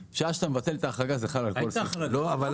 משעה שאתה מבטל את ההחרגה זה חל על כל -- לא כדאי